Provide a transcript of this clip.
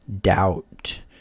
doubt